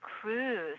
cruise